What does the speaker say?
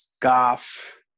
Goff